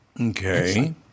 Okay